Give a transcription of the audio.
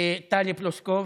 טלי פלוסקוב,